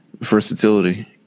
versatility